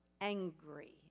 angry